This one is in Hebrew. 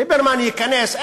ליברמן ייכנס,